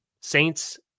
Saints